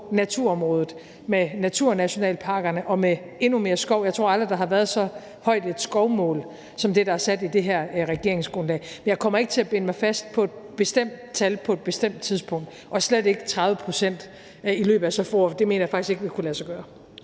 naturområdet med naturnationalparkerne og med endnu mere skov. Jeg tror aldrig, at der har været så højt et skovmål som det, der er sat i det her regeringsgrundlag. Jeg kommer ikke til at binde mig til et bestemt tal på et bestemt tidspunkt – og slet ikke 30 pct. i løbet af så få år, for det mener jeg faktisk ikke vil kunne lade sig gøre.